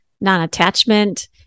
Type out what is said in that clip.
non-attachment